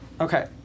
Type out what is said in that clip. Okay